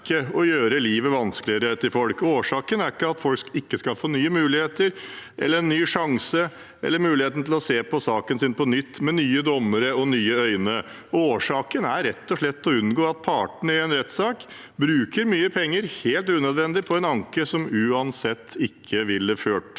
å gjøre livet til folk vanskeligere, årsaken er ikke at folk ikke skal få nye muligheter eller en ny sjanse, eller mulighet til å få saken sin sett på på nytt med nye dommere og nye øyne. Årsaken er rett og slett å unngå at partene i en rettssak bruker mye penger helt unødvendig på en anke som uansett ikke ville ført